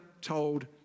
told